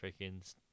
freaking